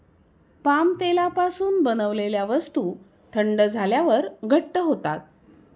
palm तेलापासून बनवलेल्या वस्तू थंड झाल्यावर घट्ट होतात